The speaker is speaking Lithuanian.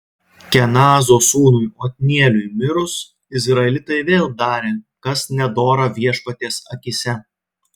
kenazo sūnui otnieliui mirus izraelitai vėl darė kas nedora viešpaties akyse